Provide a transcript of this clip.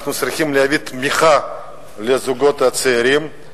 אנחנו צריכים לתת תמיכה לזוגות הצעירים.